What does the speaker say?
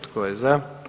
Tko je za?